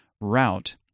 route